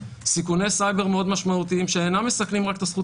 סיכוני סייבר מאוד משמעותיים שאינם מסכנים רק את הזכות